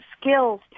skills